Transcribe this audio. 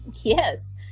Yes